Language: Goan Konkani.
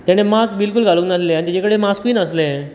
तेणे मास्क बिल्कूल घालूंक नासले आनी तेजे कडेन मास्कूय नासले